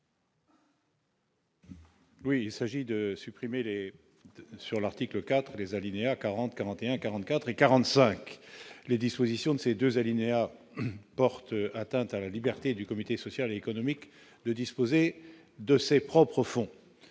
Oui, il s'agit de supprimer l'sur l'article IV des alinéas 40 41 44 et 45 les dispositions de ces 2 alinéas porte atteinte à la liberté du comité social économique de disposer. De ses propres fonds,